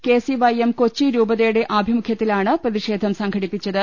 K CYM കൊച്ചിരൂപതയുടെ ആഭിമുഖ്യത്തിലാണ് പ്രതി ഷേധം സംഘടിപ്പിച്ചത്